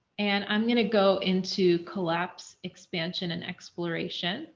and i'm going to go into collapse expansion and exploration